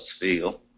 feel